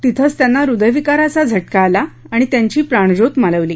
तिथंच त्यांना हृदयविकाराचा झटका आला आणि त्यांची प्राणज्योत मालवली